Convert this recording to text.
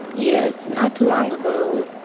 yes. not too long ago,